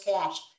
cash